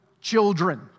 children